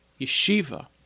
yeshiva